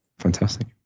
fantastic